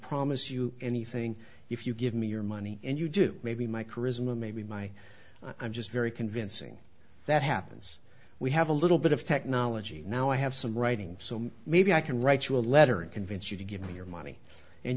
promise you anything if you give me your money and you do maybe my charisma maybe my i'm just very convincing that happens we have a little bit of technology now i have some writing so maybe i can write you a letter and convince you to give me your money and